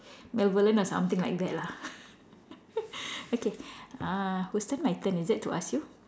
or something like that lah okay uh who's turn my turn is it to ask you